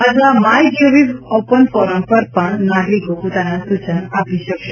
અથવા my Gov open forum પર પણ નાગરિકો પોતાના સૂચન આપી શકશે